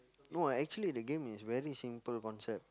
no ah actually the game is very simple concept